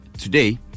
Today